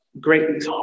Great